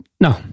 no